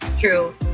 True